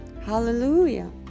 Hallelujah